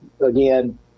again